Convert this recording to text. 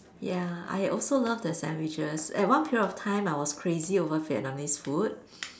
ya I also love their sandwiches at one period of time I was crazy over Vietnamese food